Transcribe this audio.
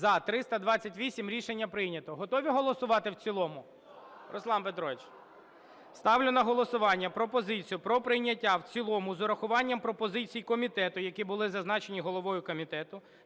За-328 Рішення прийнято. Готові голосувати в цілому? Руслан Петрович? Ставлю на голосування пропозицію про прийняття в цілому з урахуванням пропозицій комітету, які були зазначені головою комітету,